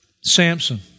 Samson